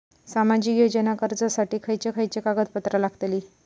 सामाजिक योजना अर्जासाठी खयचे खयचे कागदपत्रा लागतली?